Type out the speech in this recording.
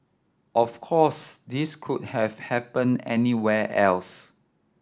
of course this could have happened anywhere else